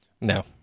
No